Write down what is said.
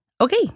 Okay